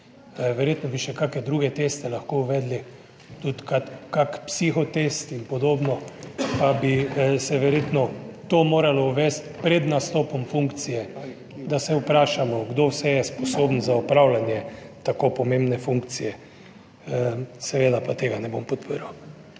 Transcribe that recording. Verjetno bi še kakšne druge teste lahko uvedli, tudi kak psiho test in podobno, pa bi se verjetno to moralo uvesti pred nastopom funkcije, da se vprašamo, kdo vse je sposoben za opravljanje tako pomembne funkcije. Seveda pa tega ne bom podprl.